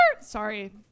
Sorry